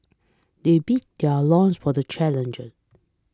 they beat their loins for the challenger